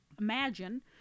imagine